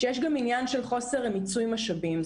שיש גם עניין של חוסר מיצוי משאבים.